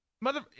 mother